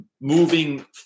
moving